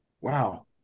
wow